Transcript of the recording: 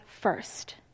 first